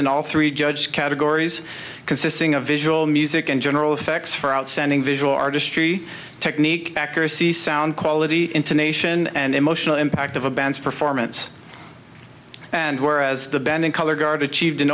in all three judged categories consisting of visual music and general effects for outstanding visual artistry technique accuracy sound quality intonation and emotional impact of a band's performance and whereas the band in color guard achieved an